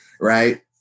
right